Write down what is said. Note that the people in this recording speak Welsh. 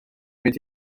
mynd